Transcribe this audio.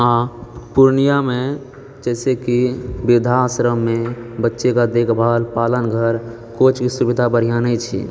हाँ पूर्णियामे जइसे कि वृद्धाश्रममे बच्चे का देखभाल पालन घर कोइ चीजके सुविधा बढ़िआँ नहि छै